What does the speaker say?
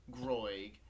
Groig